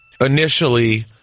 initially